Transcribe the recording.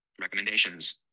Recommendations